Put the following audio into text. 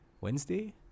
Wednesday